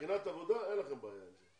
מבחינת עבודה אין לכם בעיה עם זה.